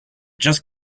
just